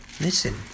Listen